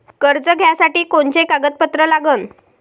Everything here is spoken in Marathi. कर्ज घ्यासाठी कोनचे कागदपत्र लागते?